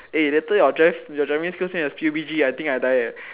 eh later your drive your driving skill same as PUB-G I think I die eh